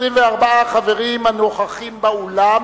24 חברים הנוכחים באולם,